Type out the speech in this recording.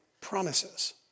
promises